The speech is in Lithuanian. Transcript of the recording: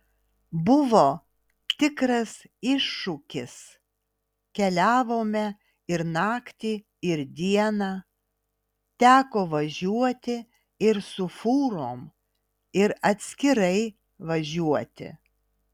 buvo tikras iššūkis keliavome ir naktį ir dieną teko važiuoti ir su fūrom ir atskirai važiuoti